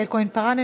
יעל כהן-פארן,